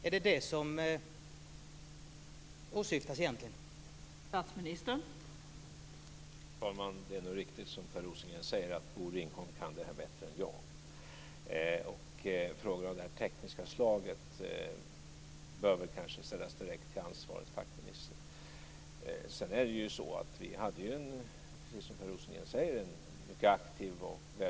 Är det detta som egentligen åsyftas?